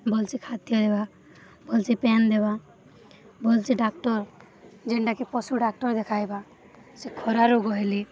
ଭଲ୍ସେ ଖାଦ୍ୟ ଦେବା ଭଲ୍ସେ ପାଏନ୍ ଦେବା ଭଲ୍ସେ ଡାକ୍ତର ଯେନ୍ଟାକି ପଶୁ ଡାକ୍ତର ଦେଖାଇବା ସେ ଖୁରା ରୋଗ ହେଲେ